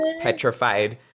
petrified